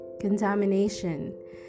contamination